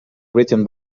written